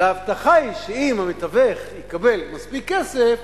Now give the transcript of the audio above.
וההבטחה היא שאם המתווך יקבל מספיק כסף,